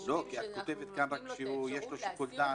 את כותבת פה רק שיש לו שיקול דעת.